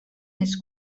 his